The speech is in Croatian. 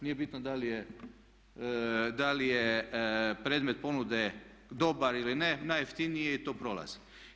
Nije bitno da li je predmet ponude dobar ili ne, najjeftiniji je i to prolazi.